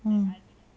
mm